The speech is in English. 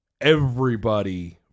everybody-